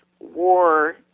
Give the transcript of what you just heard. war